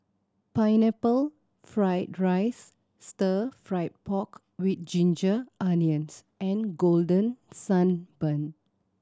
Pineapple Fried rice Stir Fry pork with ginger onions and Golden Sand Bun